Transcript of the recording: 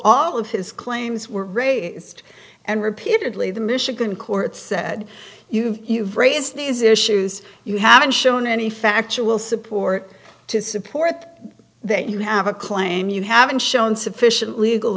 all of his claims were raised and repeatedly the michigan court said you've you've raised these issues you haven't shown any factual support to support that you have a claim you haven't shown sufficient legal